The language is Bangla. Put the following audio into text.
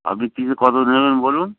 আপনি কিসে কত নেবেন বলুন